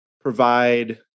provide